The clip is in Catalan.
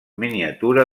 miniatura